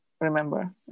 remember